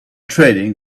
trading